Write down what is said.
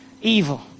Evil